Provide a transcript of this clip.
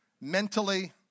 mentally